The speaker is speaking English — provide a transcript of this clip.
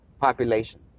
population